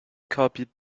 copied